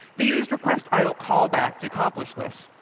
they used requestidlecallback to accomplish this.